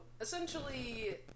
essentially